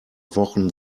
wochen